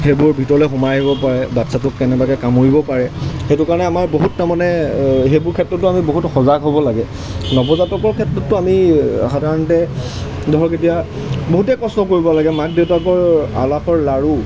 সেইবোৰ ভিতৰলৈ সোমাই আহিব পাৰে বাচ্চাটোক কেনেবাকৈ কামুৰিব পাৰে সেইটো কাৰণে আমাৰ বহুত তাৰমানে সেইবোৰ ক্ষেত্ৰতো আমি বহুত সজাগ হ'ব লাগে নৱজাতকৰ ক্ষেত্ৰতো আমি সাধাৰণতে ধৰক এতিয়া বহুতেই কষ্ট কৰিব লাগে মাক দেউতাকৰ আলাসৰ লাড়ু